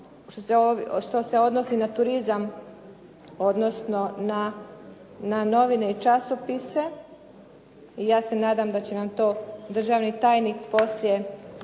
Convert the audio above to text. što se odnosi na turizam, odnosno na novine i časopise i ja se nadam da će nam to državni tajnik poslije